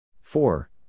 four